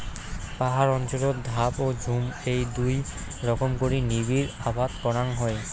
পাহাড় অঞ্চলত ধাপ ও ঝুম এ্যাই দুই রকম করি নিবিড় আবাদ করাং হই